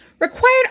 Required